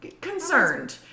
concerned